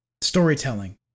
Storytelling